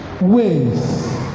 ways